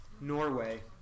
Norway